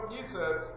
Jesus